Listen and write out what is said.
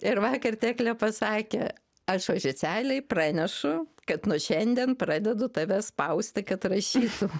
ir vakar teklė pasakė aš oficialiai pranešu kad nuo šiandien pradedu tave spausti kad rašytum